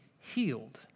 healed